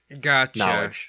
Gotcha